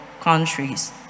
countries